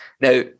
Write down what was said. Now